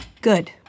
Good